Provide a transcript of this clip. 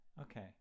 Okay